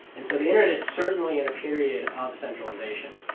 and so the internet is certainly in a period of centralization.